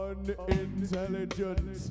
Unintelligent